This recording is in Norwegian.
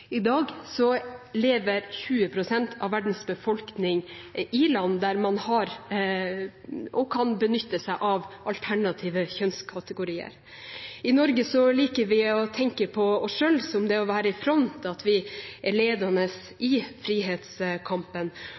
I dag lever 20 pst. av verdens befolkning i land der man har og kan benytte seg av alternative kjønnskategorier. I Norge liker vi å tenke om oss selv at vi er i front, og at vi er ledende i frihetskampen.